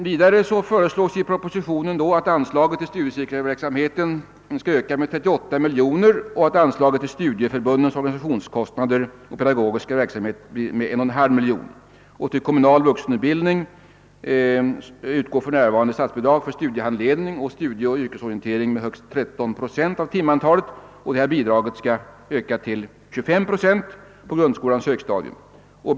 Vidare föreslås i propositionen alt anslaget — till — studiecirkelverksamheten skall öka med 38 miljoner och att anslaget till studieförbundens organisationskostnader och pedagogiska verksamhet höjs med 1,5 miljoner kronor. Till kommunal vuxenutbildning utgår för närvarande statsbidrag för studiehandledning och studieoch yrkesorientering med högst 13 procent av timantalet. Detta bidrag föreslås öka på grundskolans högstadium till 25 procent.